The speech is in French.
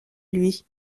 lui